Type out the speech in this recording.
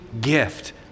gift